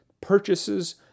purchases